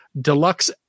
deluxe